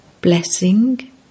Blessing